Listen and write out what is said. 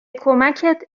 کمکت